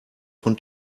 von